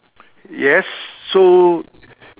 yes so